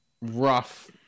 rough